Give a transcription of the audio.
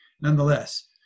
nonetheless